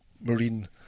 marine